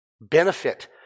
benefit